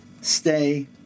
stay